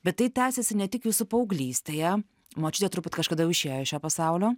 bet tai tęsėsi ne tik jūsų paauglystėje močiutė turbūt kažkada jau išėjo iš šio pasaulio